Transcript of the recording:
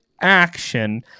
action